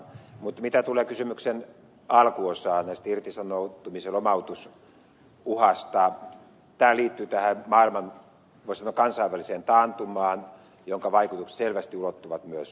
mutta mitä tulee kysymyksen alkuosaan näistä irtisanomis ja lomautusuhista tämä liittyy tähän maailman voisi sanoa kansainväliseen taantumaan jonka vaikutukset selvästi ulottuvat myös suomeen